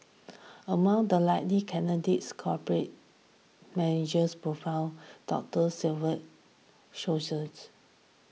among the likely candidates corporate managers professionals doctors civil socials